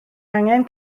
angen